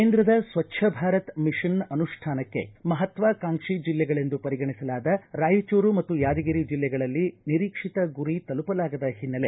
ಕೇಂದ್ರದ ಸ್ವಚ್ಗ ಭಾರತ ಮಿಷನ್ ಅನುಷ್ಣಾನಕ್ಕೆ ಮಹತ್ವಾಕಾಂಕ್ಷಿ ಜಿಲ್ಲೆಗಳೆಂದು ಪರಿಗಣಿಸಲಾದ ರಾಯಚೂರು ಮತ್ತು ಯಾದಗಿರಿ ಜಿಲ್ಲೆಗಳಲ್ಲಿ ನಿರೀಕ್ಷಿತ ಗುರಿ ತಲುಪಲಾಗದ ಹಿನ್ನೆಲೆ